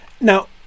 Now